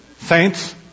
saints